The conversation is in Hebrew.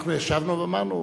אנחנו ישבנו ואמרנו: